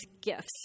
gifts